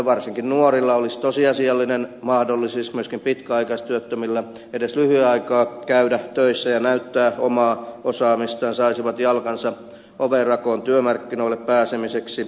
varsinkin nuorilla myöskin pitkäaikaistyöttömillä olisi tosiasiallinen mahdollisuus edes lyhyen aikaa käydä töissä ja näyttää omaa osaamistaan saisivat jalkansa oven rakoon työmarkkinoille pääsemiseksi